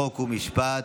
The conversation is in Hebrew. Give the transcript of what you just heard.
חוק ומשפט